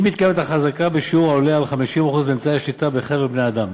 אם מתקיימת החזקה בשיעור העולה על 50% מאמצעי השליטה בחבר-בני-האדם.